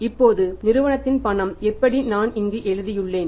இப்போது நிறுவனத்தின் பணம் எப்படி நான் இங்கு எழுதியுள்ளேன்